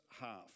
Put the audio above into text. half